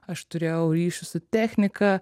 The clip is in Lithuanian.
aš turėjau ryšių su technika